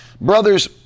Brothers